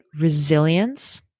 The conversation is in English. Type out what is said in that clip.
resilience